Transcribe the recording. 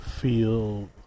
feel